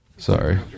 Sorry